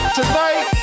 tonight